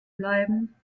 bleiben